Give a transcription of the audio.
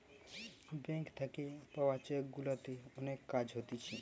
bank থাকে পাওয়া cheque গুলাতে অনেক কাজ হতিছে